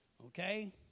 Okay